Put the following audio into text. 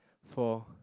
for